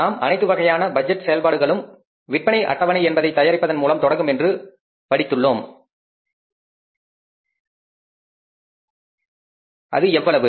நாம் அனைத்து வகையான பட்ஜெட் செயல்பாடுகளும் விற்பனை அட்டவணை என்பதை தயாரிப்பதன் மூலம் தொடங்கும் என்று நாம் படித்துள்ளோம் அது எவ்வளவு